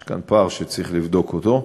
יש כאן פער שצריך לבדוק אותו,